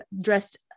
dressed